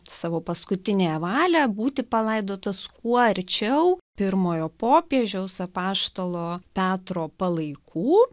savo paskutiniąją valią būti palaidotas kuo arčiau pirmojo popiežiaus apaštalo petro palaikų